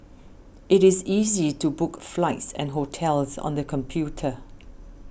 it is easy to book flights and hotels on the computer